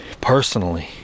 personally